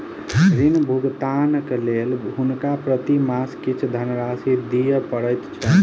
ऋण भुगतानक लेल हुनका प्रति मास किछ धनराशि दिअ पड़ैत छैन